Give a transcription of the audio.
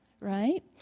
Right